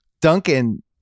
Duncan